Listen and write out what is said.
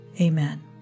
Amen